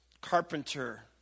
carpenter